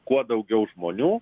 kuo daugiau žmonių